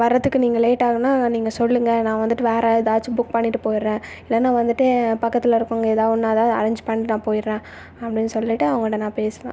வர்றதுக்கு நீங்கள் லேட்டாக ஆகுன்னா நீங்கள் சொல்லுங்கள் நான் வந்துட்டு வேறு ஏதாச்சும் புக் பண்ணிவிட்டு போயிடுறேன் இல்லைன்னா வந்துட்டு பக்கத்தில் இருக்கவங்க ஏதாவது ஒன்று அதாவது அரேஞ்ச் பண்ணி நான் போயிடுறேன் அப்படின்னு சொல்லிட்டு அவங்கள்ட்ட நான் பேசுவேன்